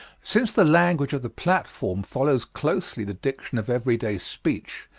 since the language of the platform follows closely the diction of everyday speech,